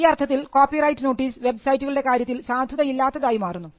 ഈ അർത്ഥത്തിൽ copyright notice web സൈറ്റുകളുടെ കാര്യത്തിൽ സാധുതയില്ലാത്തതായി മാറുന്നു